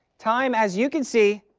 time as you can see.